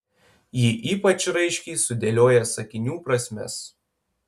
ji ypač raiškiai sudėlioja sakinių prasmes